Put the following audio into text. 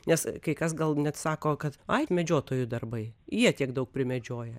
nes kai kas gal net sako kad ai medžiotojų darbai jie tiek daug primedžioja